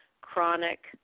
chronic